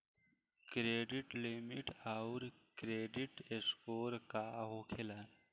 Credit limit आउर credit score का होखेला?